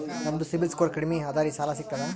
ನಮ್ದು ಸಿಬಿಲ್ ಸ್ಕೋರ್ ಕಡಿಮಿ ಅದರಿ ಸಾಲಾ ಸಿಗ್ತದ?